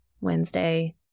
Wednesday